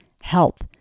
health